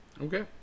Okay